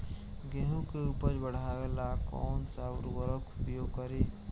गेहूँ के उपज बढ़ावेला कौन सा उर्वरक उपयोग करीं?